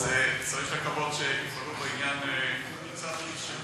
צריך לקוות שיפעלו בעניין בזריזות